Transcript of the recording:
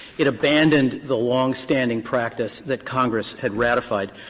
it abandoned the longstanding practice that congress had ratified.